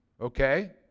okay